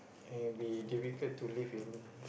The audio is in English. and be difficult to live in